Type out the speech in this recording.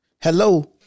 Hello